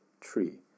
tree